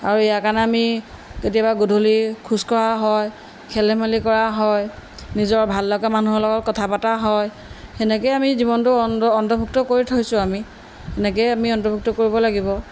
আৰু ইয়াৰ কাৰণে আমি কেতিয়াবা গধূলি খোজ কঢ়া হয় খেল ধেমালি কৰা হয় নিজৰ ভাল লগা মানুহৰ লগত কথা পাতা হয় সেনেকেই আমি জীৱনটো অন্ত অন্তৰ্ভুক্ত কৰি থৈছোঁ আমি সেনেকেই আমি অন্তৰ্ভুক্ত কৰিব লাগিব